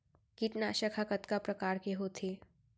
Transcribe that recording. कीटनाशक ह कतका प्रकार के होथे?